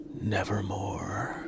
Nevermore